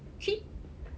cheap